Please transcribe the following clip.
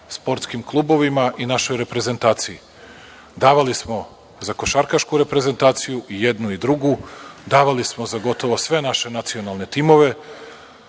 sportskim klubovima i našoj reprezentaciji. Davali smo za košarkašku reprezentaciju i jednu i drugu. Davali smo za gotovo sve naše nacionalne timove,